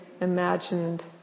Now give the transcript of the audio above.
imagined